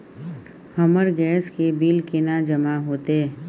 हमर गैस के बिल केना जमा होते?